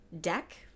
deck